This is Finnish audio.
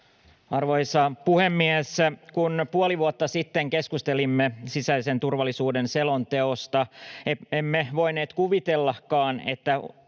Arvoisa puhemies! Kun puoli vuotta sitten keskustelimme sisäisen turvallisuuden selonteosta, emme voineet kuvitellakaan, että